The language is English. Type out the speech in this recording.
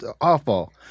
awful